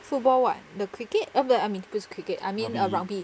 football what the cricket the I mean 不是 cricket I mean uh rugby